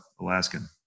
Alaskan